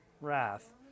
wrath